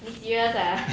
你 serious ah